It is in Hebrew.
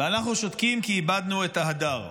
ואנחנו שותקים כי איבדנו את ההדר.